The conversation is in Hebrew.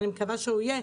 ואני מקווה שהוא יהיה,